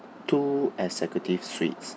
two executive suites